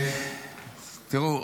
תראו,